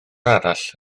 arall